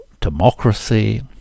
democracy